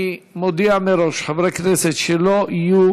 אני מודיע מראש: חברי כנסת שלא יהיו